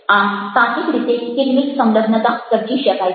આમ તાર્કિક રીતે કેટલીક સંલગ્નતા સર્જી શકાય છે